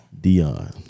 Dion